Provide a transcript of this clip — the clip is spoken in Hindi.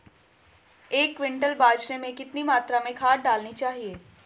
एक क्विंटल बाजरे में कितनी मात्रा में खाद डालनी चाहिए?